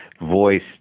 voice